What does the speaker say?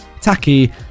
tacky